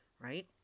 right